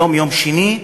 יום שני,